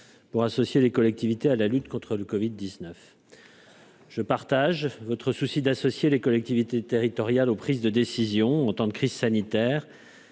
pour associer les collectivités à la lutte contre le Covid 19. Je partage votre souci d'associer les collectivités territoriales, aux prises de décision en temps de crise sanitaire,